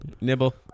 Nibble